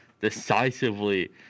decisively